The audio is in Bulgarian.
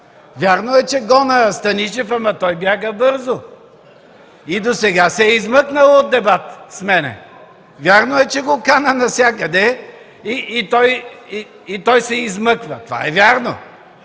Вярно е, че гоня Станишев, ама той бяга бързо и досега се е измъкнал от дебат с мен. Вярно е, че го каня навсякъде и той се измъква. Това е вярно!